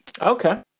Okay